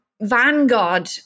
vanguard